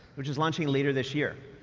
which is launching later this year.